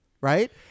right